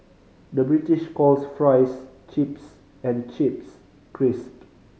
the British calls fries chips and chips crisp